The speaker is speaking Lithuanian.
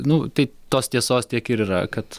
nu tai tos tiesos tiek ir yra kad